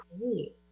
great